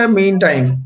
meantime